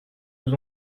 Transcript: aux